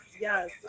yes